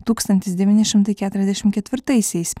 tūkstantis devyni šimtai keturiasdešim ketvirtaisiais